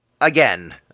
Again